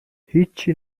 هیچچی